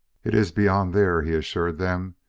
it is beyond there, he assured them,